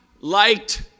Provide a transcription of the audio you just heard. liked